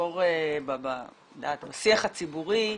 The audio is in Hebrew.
בשיח הציבורי,